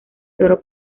solo